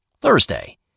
Thursday